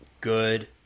good